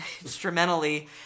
instrumentally